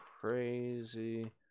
crazy